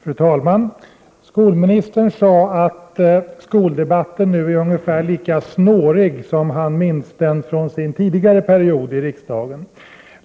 Fru talman! Skolministern sade att skoldebatten nu är ungefär lika snårig som han minns den från sin period i riksdagen.